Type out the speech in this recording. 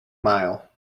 mile